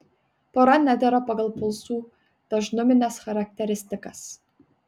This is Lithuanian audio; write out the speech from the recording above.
pora nedera pagal pulsų dažnumines charakteristikas